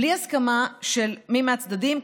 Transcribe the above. בלי הסכמה של מי מהצדדים,